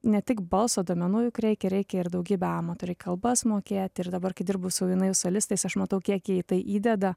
ne tik balso duomenų juk reikia reikia ir daugybę amato reik kalbas mokėt ir dabar kai dirbu su solistais aš matau kiek jie į tai įdeda